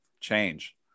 change